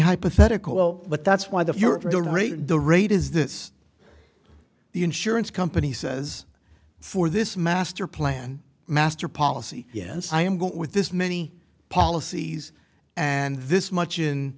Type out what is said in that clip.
hypothetical but that's why the fury the rate is this the insurance company says for this master plan master policy yes i am going with this many policies and this much in